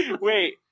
Wait